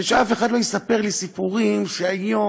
ושאף אחד לא יספר לי סיפורים שהיום